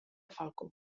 falcó